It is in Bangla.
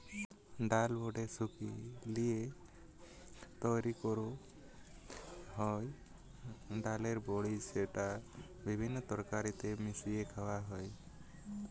ডাল বেটে শুকি লিয়ে তৈরি কোরা হয় ডালের বড়ি যেটা বিভিন্ন তরকারিতে মিশিয়ে খায়া হয়